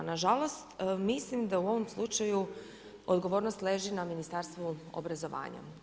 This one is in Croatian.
Nažalost, mislim da u ovom slučaju odgovornost leži na Ministarstvu obrazovanja.